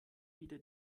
wieder